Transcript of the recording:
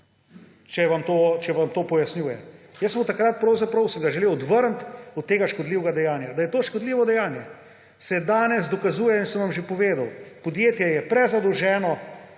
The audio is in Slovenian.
Če vam to pojasnjuje. Jaz sem ga takrat pravzaprav želel odvrniti od tega škodljivega dejanja. Da je to škodljivo dejanje, se danes dokazuje in sem vam že povedal. Podjetje je prezadolženo,